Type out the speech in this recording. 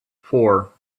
four